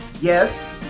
Yes